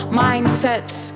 mindsets